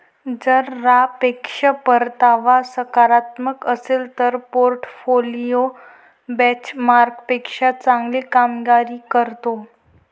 जर सापेक्ष परतावा सकारात्मक असेल तर पोर्टफोलिओ बेंचमार्कपेक्षा चांगली कामगिरी करतो